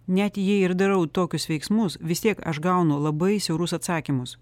net jei ir darau tokius veiksmus vis tiek aš gaunu labai siaurus atsakymus